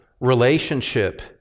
relationship